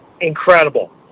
incredible